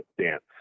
Dance